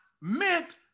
meant